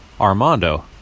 Armando